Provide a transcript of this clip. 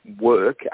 work